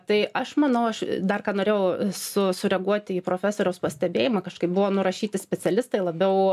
tai aš manau aš dar ką norėjau su sureaguoti į profesoriaus pastebėjimą kažkaip buvo nurašyti specialistai labiau